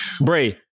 Bray